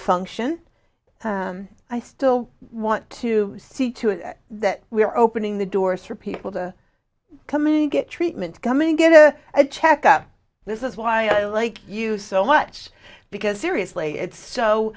function i still want to see to it that we're opening the doors for people to come in get treatment coming get a checkup this is why i like you so much because seriously it's so